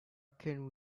can